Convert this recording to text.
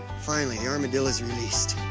finally, your armadillo's released.